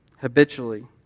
habitually